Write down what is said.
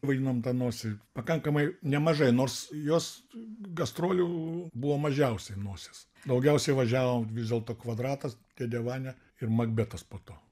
vaidinom tą nosį pakankamai nemažai nors jos gastrolių buvo mažiausiai nosies daugiausiai važiavo vis dėlto kvadratas dėdė vania ir makbetas po to